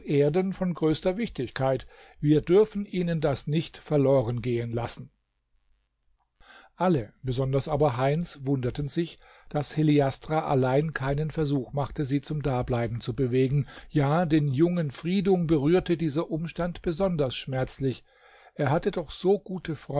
erden von größter wichtigkeit wir dürfen ihnen das nicht verloren gehen lassen alle besonders aber heinz wunderten sich daß heliastra allein keinen versuch machte sie zum dableiben zu bewegen ja den jungen friedung berührte dieser umstand besonders schmerzlich er hatte doch so gute